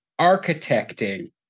architecting